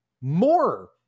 more